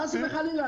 חס וחלילה.